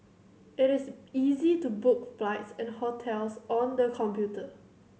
it is easy to book flights and hotels on the computer